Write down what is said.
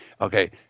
Okay